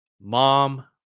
mom